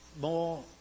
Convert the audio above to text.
more